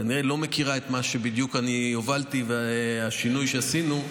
היא כנראה לא מכירה את מה שבדיוק אני הובלתי ואת השינוי שעשינו,